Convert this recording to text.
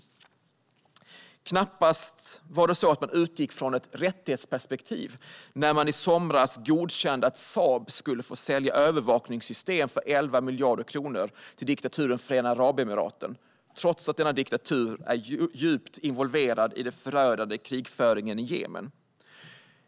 Det var knappast så att man utgick från ett rättighetsperspektiv när man i somras godkände att Saab ska få sälja övervakningssystem för 11 miljarder kronor till diktaturen Förenade Arabemiraten, trots att detta land är djupt involverat i den förödande krigföringen i Jemen.